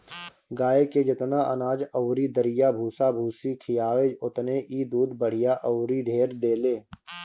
गाए के जेतना अनाज अउरी दरिया भूसा भूसी खियाव ओतने इ दूध बढ़िया अउरी ढेर देले